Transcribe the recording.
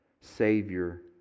Savior